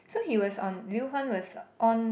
so he was on Liu-Huan was on